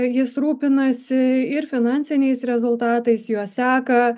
jis rūpinasi ir finansiniais rezultatais juos seka